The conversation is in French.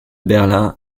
berlin